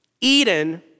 Eden